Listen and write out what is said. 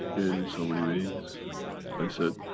and in so many ways i said,